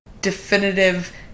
definitive